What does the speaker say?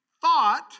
thought